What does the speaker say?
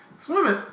swimming